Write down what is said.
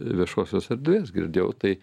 viešosios erdvės girdėjau tai